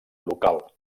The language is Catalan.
local